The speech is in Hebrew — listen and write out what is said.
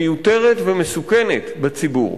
מיותרת ומסוכנת בציבור.